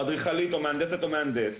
אדריכלית או מהנדסת או מהנדס,